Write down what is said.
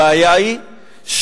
הבעיה היא שהחברות